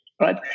right